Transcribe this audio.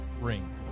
ring